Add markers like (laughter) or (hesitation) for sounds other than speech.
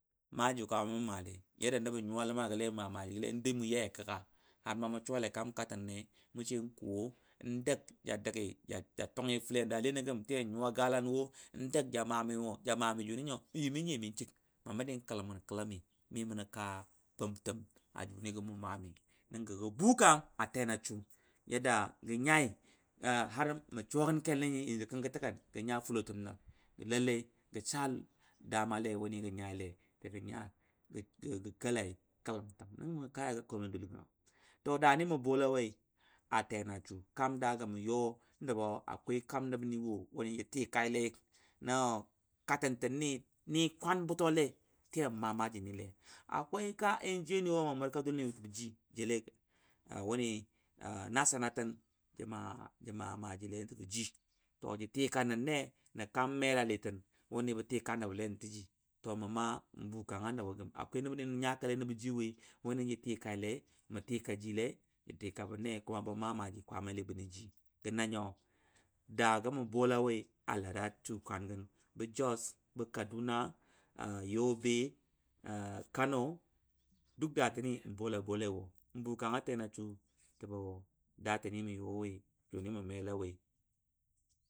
Maaji kwaa mai mə maaLei (unintelligible) nəbə nyuwa Ləma gəLe mə maa maaji gəLei n d (hesitation) i mU yai. Ya kəga (unintelligible) mU suwa Lai kaam katɨnne mU (unintelligible) n kuwo n dəg ja dəgɨ ja ja tingɨ FəLena daaLenɨ gəm tə yan nyUwa galanwo, n dəg ja maamɨ (hesitation) ja maa mɨ joni yolo mə yəm mi nə nyiyomɨ səg ma mə ndɨ n kəLəm mun kəLamɨ, mɨ mənə kaa kom təm a juni gəm mUmaamɨ. Nəngə gə gə bukang a tena su (unintelligible) gənyai (hesitation) (unintelligible) mə suwa gən kELnɨ (unintelligible) kəng kə təgən gə nya fULotəm nəL gə (unintelligible) gə saa (unintelligible) Le wUni gə nyai Lei, gə gə nya gə kELai, kəLam təm, nəngə mə ka ya ga komLe duL gəno, (unintelligible) daani məbALei, woi atenasu, kaam daa gə mə yU nəbo (unintelligible) kaam nəbnɨ wo wunɨ jəɨɨkaɨLenA kaɨɨntnnɨ wonɨ nɨ kwaam bUtoLei tə yammaa maa jinɨLei (unintelligible) kaa (unintelligible) n wo mə murka duL mi mə tə bə jɨ, jeLe a wunɨ nasanatɨn dUL mi mə tə bə jɨ jeLe a wunɨ nasatɨn jəmaa- jə maa maaji Le təbə jɨ (unintelligible) jə tikanənnə nə kaam mELaLɨ tin wUni bə tɨka nəbəLe nən tə ji (unintelligible) mə (unintelligible) mbu kanga nəbgə gəm (unintelligible) nəb ninə nya kaLe nəbəji woi, wu ka bənnema (unintelligible) ba maa maaji kwaamaiLe bənəji. Gə nanyo, daa gə mə bolawoɨ a Lada asu kwaan gən bə Jos, bə kaduna, (hesitation) yobe (hesitation) kano (unintelligible) daa tənɨ m boLa boLaɨ wo m bukanga tena su təbə daa tɨnɨ mə yU woi, junɨ mə meLawoi.